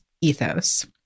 ethos